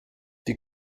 die